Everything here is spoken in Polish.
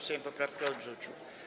Sejm poprawkę odrzucił.